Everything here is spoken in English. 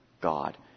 God